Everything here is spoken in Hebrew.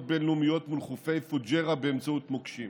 בין-לאומיות מול חופי פוג'יירה באמצעות מוקשים,